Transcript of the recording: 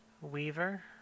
Weaver